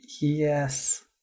yes